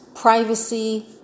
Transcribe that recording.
privacy